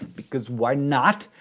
because why not,